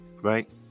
right